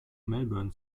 melbourne